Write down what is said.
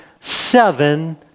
seven